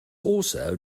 also